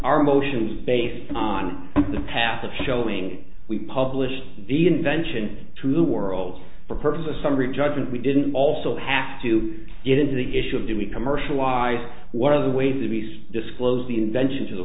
our emotions based on the path of showing we published the invention to the world for purpose of summary judgment we didn't also have to get into the issue of do we commercialize what are the way the beast disclosed the invention to the